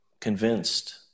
convinced